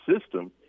system